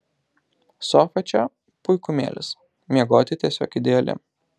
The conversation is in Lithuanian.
sofa čia puikumėlis miegoti tiesiog ideali